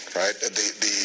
right